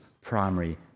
primary